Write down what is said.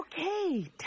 Okay